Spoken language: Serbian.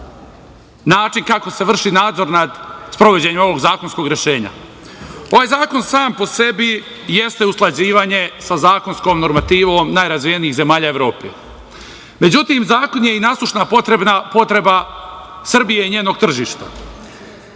način kako se vrši nadzor nad sprovođenjem ovog zakonskog rešenja. Ovaj zakon sam po sebi jeste usklađivanje sa zakonskom normativom najrazvijenijih zemalja Evrope. Međutim, zakon je i nasušna potreba Srbije i njenog tržišta,